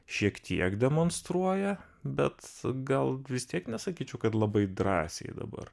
šiek tiek demonstruoja bet gal vis tiek nesakyčiau kad labai drąsiai dabar